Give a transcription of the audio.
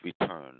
return